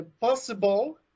possible